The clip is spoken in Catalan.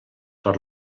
per